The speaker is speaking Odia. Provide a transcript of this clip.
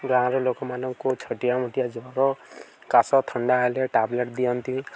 ଗାଁର ଲୋକମାନଙ୍କୁ ଛୋଟିଆମୋଟିଆ ଜର କାଶ ଥଣ୍ଡା ହେଲେ ଟାବଲେଟ୍ ଦିଅନ୍ତି